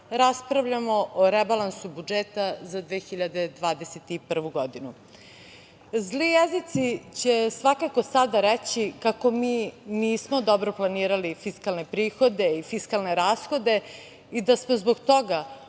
raspravljamo o rebalansu budžeta za 2021. godinu. Zli jezici će svakako sada reći kako mi nismo dobro planirali fiskalne prihode i fiskalne rashode i da smo zbog toga